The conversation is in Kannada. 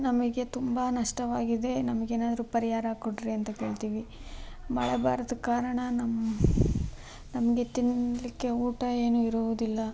ನಮಗೆ ತುಂಬ ನಷ್ಟವಾಗಿದೆ ನಮಗೇನಾದರೂ ಪರಿಹಾರ ಕೊಡ್ರಿ ಅಂತ ಕೇಳ್ತೀವಿ ಮಳೆ ಬಾರದ ಕಾರಣ ನಮ್ಮ ನಮಗೆ ತಿನ್ಲಿಕ್ಕೆ ಊಟ ಏನು ಇರುವುದಿಲ್ಲ